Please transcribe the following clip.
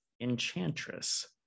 enchantress